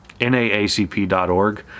naacp.org